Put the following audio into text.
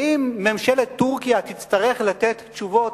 האם ממשלת טורקיה תצטרך לתת תשובות,